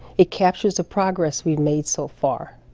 it captures the progress we've made so far,